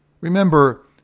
Remember